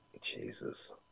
Jesus